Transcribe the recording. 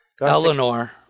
Eleanor